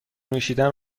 نوشیدن